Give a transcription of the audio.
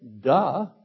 Duh